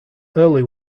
early